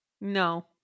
No